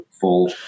full